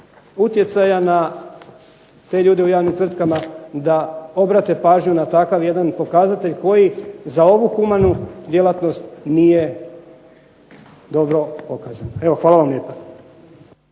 utjecaja na te ljude u javnim tvrtkama da obrate pažnju na takav jedan pokazatelj koji za ovu humanu djelatnost nije dobro pokazano. Hvala vam lijepo.